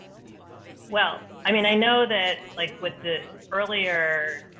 well, i mean, i know that, like, with the earlier.